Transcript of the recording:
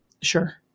Sure